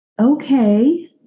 okay